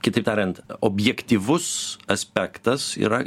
kitaip tariant objektyvus aspektas yra